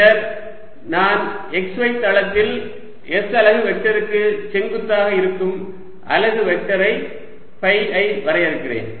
பின்னர் நான் xy தளத்தில் s அலகு வெக்டருக்கு செங்குத்தாக இருக்கும் அலகு வெக்டர் ஃபை ஐ வரையறுக்கிறேன்